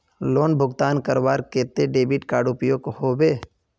Loan भुगतान करवार केते डेबिट कार्ड उपयोग होबे?